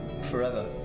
Forever